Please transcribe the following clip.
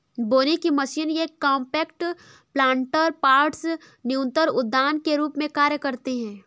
बोने की मशीन ये कॉम्पैक्ट प्लांटर पॉट्स न्यूनतर उद्यान के रूप में कार्य करते है